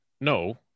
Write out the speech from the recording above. no